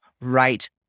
right